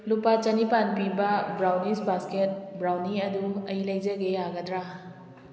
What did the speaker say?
ꯂꯨꯄꯥ ꯆꯅꯤꯄꯥꯜ ꯄꯤꯕ ꯕ꯭ꯔꯥꯎꯟꯅꯤꯁ ꯕꯥꯁꯀꯦꯠ ꯕ꯭ꯔꯥꯎꯅꯤ ꯑꯗꯨ ꯑꯩ ꯂꯩꯖꯒꯦ ꯌꯥꯒꯗ꯭ꯔꯥ